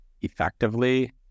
effectively